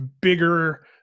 bigger